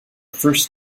first